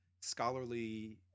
Scholarly